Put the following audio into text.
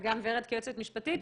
גם ורד כיועצת משפטית,